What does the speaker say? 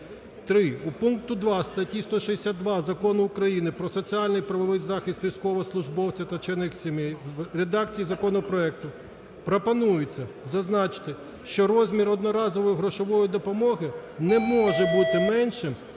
Три. У пункті 2 статті 162 Закону України "Про соціальний і правовий захист військовослужбовців та членів їх сімей" в редакції законопроекту пропонується зазначити, що розмір одноразової грошової допомоги не може бути меншим